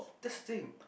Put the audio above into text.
that's thing